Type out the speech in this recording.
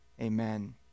Amen